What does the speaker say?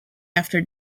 after